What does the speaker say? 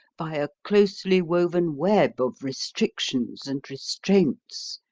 by a closely woven web of restrictions and restraints,